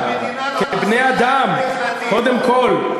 קודם כול,